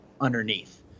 underneath